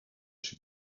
she